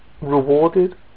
rewarded